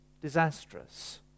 disastrous